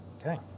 Okay